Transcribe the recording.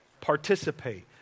participate